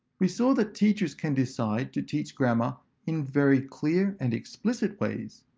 we saw that teachers can decide to teach grammar in very clear and explicit ways,